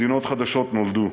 מדינות חדשות נולדו.